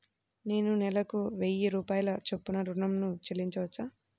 నేను నెలకు వెయ్యి రూపాయల చొప్పున ఋణం ను చెల్లించవచ్చా?